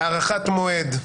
ב-"הארכת מועד"